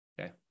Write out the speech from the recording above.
Okay